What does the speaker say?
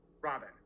robin